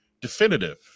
definitive